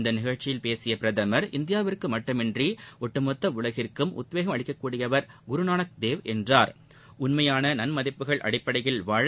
இந்த நிகழ்ச்சியில் பேசிய பிரதமர் இந்தியாவிற்கு மட்டுமின்றி ஒட்டுமொத்த உலகிற்கும் உத்வேகம் அளிக்கக் கூடியவர் குருநானக் தேவ் என்றார்உண்மையான நன்மதிப்புகள் அடிப்படையில் வாழ